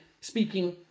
speaking